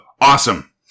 awesome